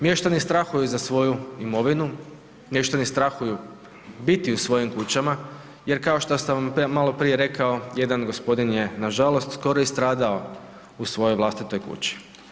Mještani strahuju za svoju imovinu, mještani strahuju biti u svojim kućama jer kao što sam maloprije rekao, jedan gospodin je nažalost skoro i stradao u svojoj vlastitoj kući.